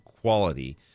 quality